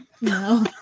No